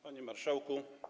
Panie Marszałku!